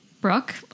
Brooke